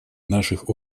наших